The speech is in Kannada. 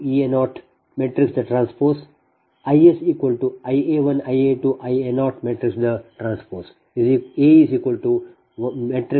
IsIa1 Ia2 Ia0 T A1 1 1 2 1 2 1 ಸರಿ